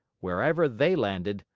wherever they landed,